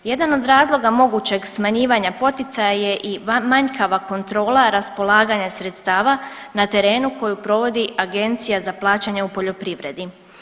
Jedan od razloga mogućeg smanjivanja poticaja je i manjkava kontrola raspolaganja sredstava na terenu koju provodi Agencija za plaćanje u poljoprivredi.